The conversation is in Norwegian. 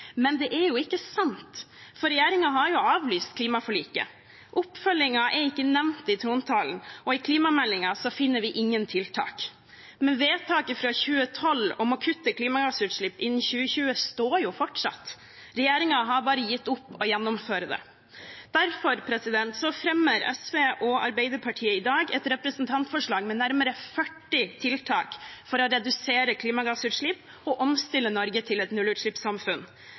men det er ikke sant, for regjeringen har avlyst klimaforliket. Oppfølgingen er ikke nevnt i trontalen, og i klimameldingen finner vi ingen tiltak. Vedtaket fra 2012 om å kutte klimagassutslipp innen 2020 står fortsatt. Regjeringen har bare gitt opp å gjennomføre det. Derfor fremmer SV og Arbeiderpartiet i dag et representantforslag med nærmere 40 tiltak for å redusere klimagassutslipp og omstille Norge til et nullutslippssamfunn.